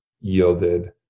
yielded